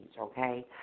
okay